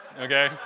Okay